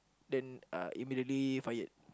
then uh immediately fired